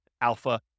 alpha